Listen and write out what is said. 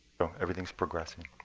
so everything's progressing.